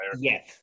Yes